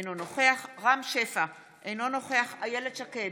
אינו נוכח רם שפע, אינו נוכח איילת שקד,